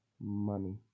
money